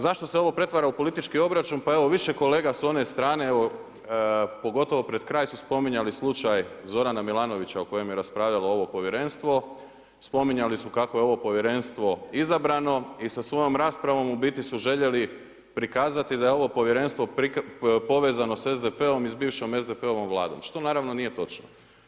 Zašto se ovo pretvara u politički obračun, pa evo više kolega s one strane, pogotovo pred kraj su spominjali slučaj Zorana Milanovića o kojem je raspravljalo ovo povjerenstvo, spominjali su kako je ovo povjerenstvo izabrano i sa svojom raspravom u biti su željeli prikazati da je ovo Povjerenstvo povezano sa SDP-om i s bivšom SDP-ovom Vladom, što naravno nije točno.